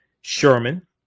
Sherman